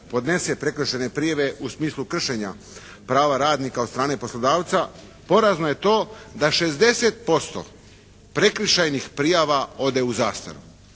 podnese prekršajne prijave u smislu kršenja prava radnika od strane poslodavca porazno je to da 60% prekršajnih prijava ode u zastaru.